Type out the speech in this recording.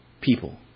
people